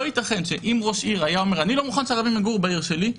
אם ראש עיר היה אומר: אני לא מוכן שערבים יגורו בעיר שלי,